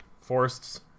forests